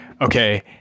Okay